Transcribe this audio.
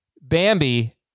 Bambi